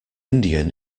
indian